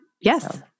Yes